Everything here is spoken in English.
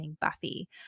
Buffy